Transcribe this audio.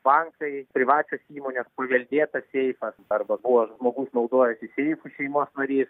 bankai privačios įmonės paveldėtas seifas arba buvo žmogus naudojasi seifu šeimos narys